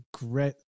regret